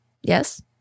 Yes